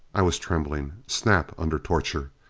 i was trembling. snap under torture!